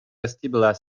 vestibular